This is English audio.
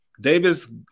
Davis